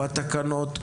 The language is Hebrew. התקנות,